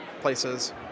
places